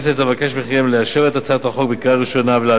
אבקש מכם לאשר את הצעת החוק בקריאה ראשונה ולהעבירה